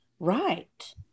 Right